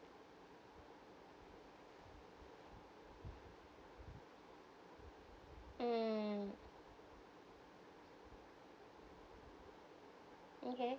mm okay